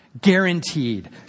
guaranteed